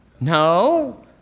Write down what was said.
No